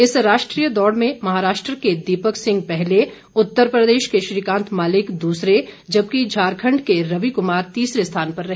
इस राष्ट्रीय दौड़ में महाराष्ट्र के दीपक सिंह पहले उत्तर प्रदेश के श्रीकांत मालिक दूसरे जबकि झारखण्ड के रवि कुमार तीसरे स्थान पर रहे